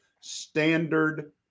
standard